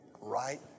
right